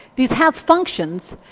these have functions,